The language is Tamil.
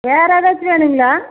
வேறு ஏதாச்சு வேணுங்களா